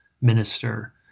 minister